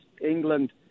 England